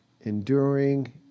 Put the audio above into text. enduring